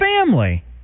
family